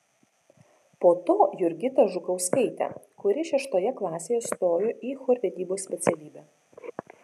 po to jurgita žukauskaitė kuri šeštoje klasėje stojo į chorvedybos specialybę